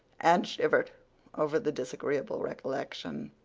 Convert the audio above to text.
anne shivered over the disagreeable recollection.